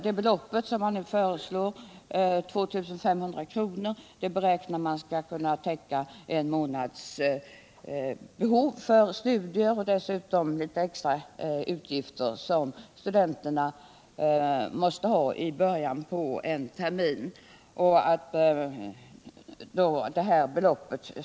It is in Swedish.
Det belopp som nu föreslås i propositionen, 2 500 kr., beräknas kunna täcka en månads behov för studier och litet extra utgifter som studenterna har i början av en termin.